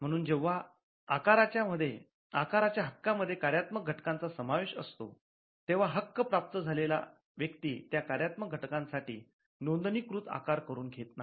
म्हणून जेंव्हा आकाराच्या हक्का मध्ये कार्यात्मक घटकाचा चा समावेश असतो तेव्हा हक्क प्राप्त झालेला व्येक्ती त्या कार्यात्मक घटकां साठी नोंदणी कृत आकार करून घेत नाही